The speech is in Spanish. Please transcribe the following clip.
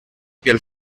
piel